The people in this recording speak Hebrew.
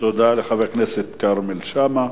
תודה לחבר הכנסת כרמל שאמה.